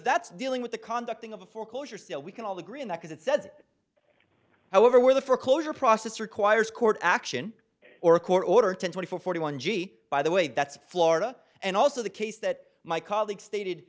that's dealing with the conduct of a foreclosure sale we can all agree on that because it it says however where the foreclosure process requires court action or court order ten twenty four forty one g by the way that's florida and also the case that my colleague stated